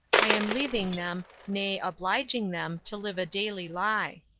i am leaving them, nay, obliging them, to live a daily lie.